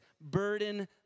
burden